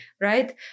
right